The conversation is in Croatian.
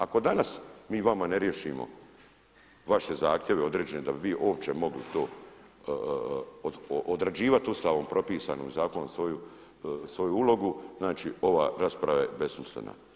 Ako danas mi vama ne riješimo vaše zahtjeve određene da bi vi uopće mogli to odrađivati Ustavom propisanom zakonom svoju ulogu, znači ova rasprava je besmislena.